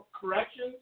corrections